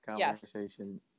conversation